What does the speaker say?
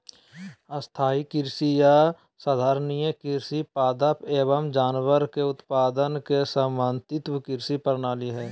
स्थाई कृषि या संधारणीय कृषि पादप एवम जानवर के उत्पादन के समन्वित कृषि प्रणाली हई